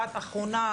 אחת אחרונה,